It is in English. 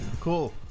Cool